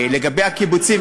לגבי הקיבוצים,